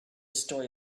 story